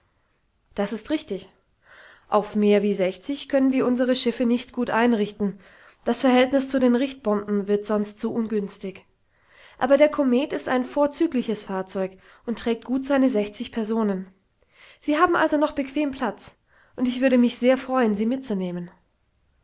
das ist richtig auf mehr wie sechzig können wir unsere schiffe nicht gut einrichten das verhältnis zu den richt bomben wird sonst zu ungünstig aber der komet ist ein vorzügliches fahrzeug und trägt gut seine sechzig personen sie haben also noch bequem platz und ich würde mich sehr freuen sie mitzunehmen